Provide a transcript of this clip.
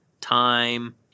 time